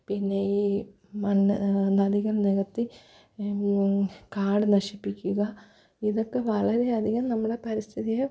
പിന്നെ ഈ മണ്ണ് നദികൾ നികത്തി കാട് നശിപ്പിക്കുക ഇതൊക്ക വളരെ അധികം നമ്മളെ പരിസ്ഥിതിയെ